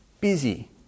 busy